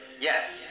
Yes